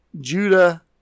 Judah